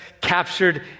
captured